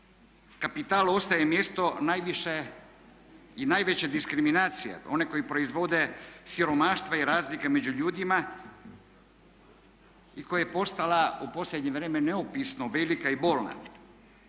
Kapital ostaje mjesto najviše i najveće diskriminacije, one koji proizvode siromaštva i razlike među ljudima i koje je postalo u posljednje vrijeme neopisivo velika i bolna.